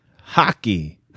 hockey